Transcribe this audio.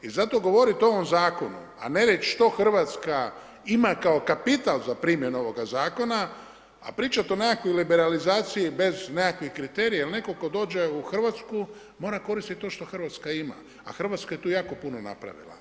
I zato govoriti o ovom zakonu, a ne reći što Hrvatska ima kao kapital za primjenu ovoga zakona a pričati o nekakvoj liberalizaciji bez nekakvih kriterija ili netko tko dođe u Hrvatsku, mora koristiti to što Hrvatska ima, a Hrvatska je tu jako puno napravila.